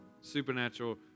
supernatural